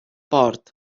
porte